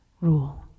rule